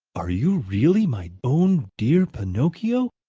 are you really my own dear pinocchio?